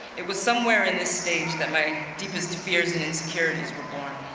it was somewhere in this stage that my deepest fears and insecurities were born.